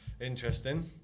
interesting